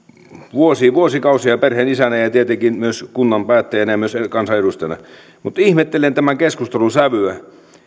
vuosikausia perheenisänä ja ja tietenkin myös kunnan päättäjänä ja myös kansanedustajana ihmettelen tämän keskustelun sävyä